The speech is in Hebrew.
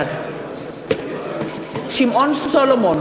בעד שמעון סולומון,